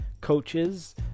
coaches